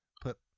Put